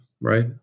right